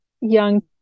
young